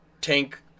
tank